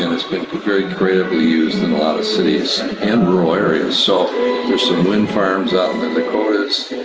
and it's been very creatively used in a lot of cities and rural areas. so there's some wind farms out in the dakota's,